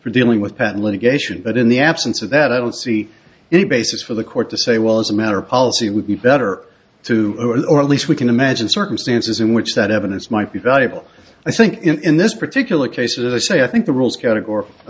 for dealing with patent litigation but in the absence of that i don't see any basis for the court to say well as a matter of policy would be better to or at least we can imagine circumstances in which that evidence might be valuable i think in this particular case as i say i think the rules categor